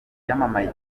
yamamaye